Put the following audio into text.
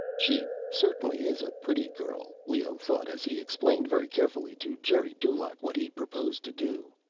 she certainly is a pretty girl, leoh thought as he explained very carefully to geri dulaq what he proposed to do.